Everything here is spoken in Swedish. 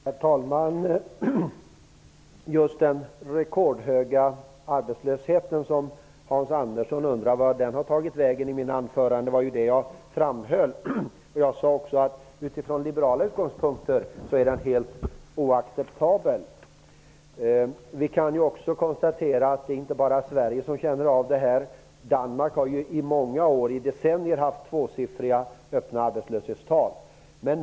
Herr talman! Hans Andersson undrade vart den rekordhöga arbetslösheten hade tagit vägen i mitt anförande. Men jag påtalade den och framhöll att den från liberala utgångspunkter är helt oacceptabel. Vi kan också konstatera att inte bara Sverige känner av arbetslösheten. Danmark har i decennier haft tvåsiffriga öppna arbetslöshetstal.